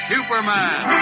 Superman